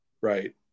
right